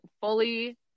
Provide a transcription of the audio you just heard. fully